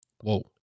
whoa